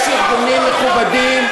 יש ארגונים מכובדים,